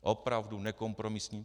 Opravdu nekompromisní.